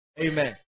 Amen